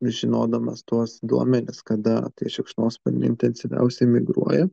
žinodamas tuos duomenis kada tie šikšnosparniai intensyviausiai migruoja